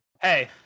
hey